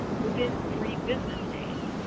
within three business days.